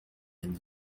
and